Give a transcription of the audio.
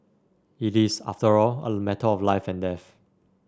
it is after all a matter of life and death